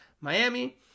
Miami